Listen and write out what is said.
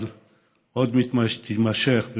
אבל היא עוד תימשך,